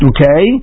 Okay